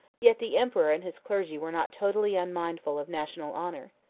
yet the emperor and his clergy were not totally unmindful of national honor.